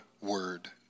word